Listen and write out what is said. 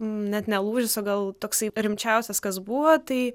net ne lūžis o gal toksai rimčiausias kas buvo tai